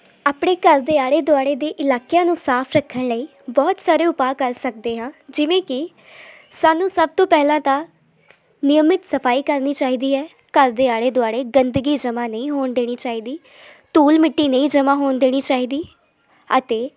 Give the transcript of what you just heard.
ਆਪਣੇ ਘਰ ਦੇ ਆਲੇ ਦੁਆਲੇ ਦੇ ਇਲਾਕਿਆਂ ਨੂੰ ਸਾਫ ਰੱਖਣ ਲਈ ਬਹੁਤ ਸਾਰੇ ਉਪਾਅ ਕਰ ਸਕਦੇ ਹਾਂ ਜਿਵੇਂ ਕਿ ਸਾਨੂੰ ਸਭ ਤੋਂ ਪਹਿਲਾਂ ਤਾਂ ਨਿਯਮਿਤ ਸਫਾਈ ਕਰਨੀ ਚਾਹੀਦੀ ਹੈ ਘਰ ਦੇ ਆਲੇ ਦੁਆਲੇ ਗੰਦਗੀ ਜਮ੍ਹਾਂ ਨਹੀਂ ਹੋਣ ਦੇਣੀ ਚਾਹੀਦੀ ਧੂਲ ਮਿੱਟੀ ਨਹੀਂ ਜਮ੍ਹਾਂ ਹੋਣ ਦੇਣੀ ਚਾਹੀਦੀ ਅਤੇ